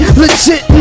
legit